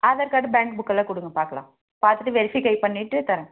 Aadhaar card bank புக்கெல்லாம் கொடுங்க பார்க்கலாம் பார்த்துட்டு வெரிஃபிஃபை பண்ணிவிட்டு தரேன்